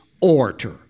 orator